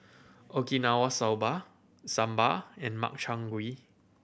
Okinawa Soba Sambar and Makchang Gui